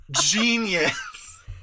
Genius